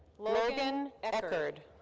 logan echard.